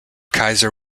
kaiser